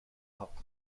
hop